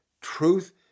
truth